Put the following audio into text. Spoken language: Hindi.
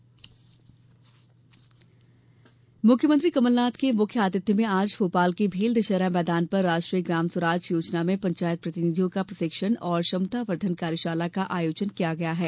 कार्यशाला मुख्यमंत्री कमलनाथ के मुख्य आतिथ्य में आज भोपाल के भेल दशहरा मैदान पर राष्ट्रीय ग्राम स्वराज योजना में पंचायत प्रतिनिधियों का प्रशिक्षण एवं क्षमता वर्धन कार्यशाला का आयोजन किया गया है